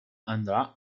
andata